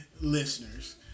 listeners